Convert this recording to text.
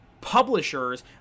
publishers